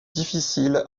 difficile